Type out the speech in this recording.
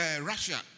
Russia